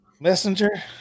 messenger